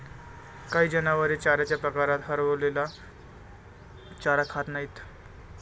काही जनावरे चाऱ्याच्या प्रकारात हरवलेला चारा खात नाहीत